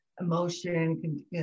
emotion